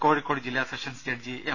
കോഴിക്കോട് ജില്ലാ sessions judge M